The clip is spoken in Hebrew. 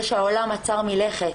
זה שהעולם עצר מלכת,